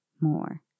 more